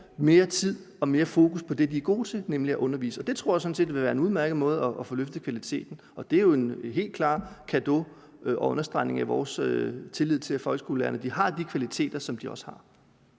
mere tid og mere fokus på det, de er gode til, nemlig at undervise. Det tror jeg sådan set ville være en udmærket måde at få løftet kvaliteten på. Og det er jo en helt klar cadeau til folkeskolelærerne og en understregning af vores tillid til, at de har de kvaliteter, hvad de også har.